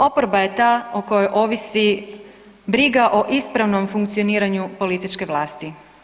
Oporba je ta o kojoj ovisi briga o ispravnom funkcioniranju političke vlasti.